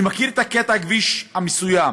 אני מכיר את קטע הכביש המסוים.